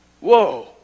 Whoa